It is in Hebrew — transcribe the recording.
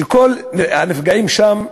וכל הנפגעים שם,